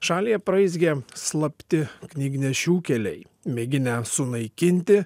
šalį apraizgė slapti knygnešių keliai mėginę sunaikinti